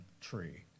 tree